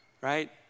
right